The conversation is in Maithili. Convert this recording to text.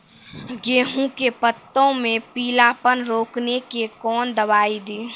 गेहूँ के पत्तों मे पीलापन रोकने के कौन दवाई दी?